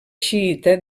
xiïta